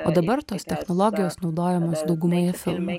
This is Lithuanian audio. o dabar tos technologijos naudojamos daugumoje filmų